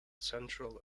central